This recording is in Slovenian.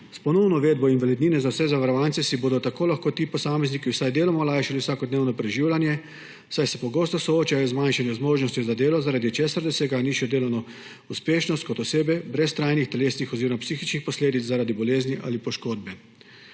S ponovno uvedbo invalidnine za vse zavarovance si bodo tako lahko ti posamezniki vsaj deloma olajšali vsakodnevno preživljanje, saj se pogosto soočajo z zmanjšano zmožnostjo za delo, zaradi česar / nerazumljivo/ delovno uspešnost kot osebe brez trajnih telesnih oziroma psihičnih posledic zaradi bolezni ali poškodbe.